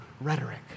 rhetoric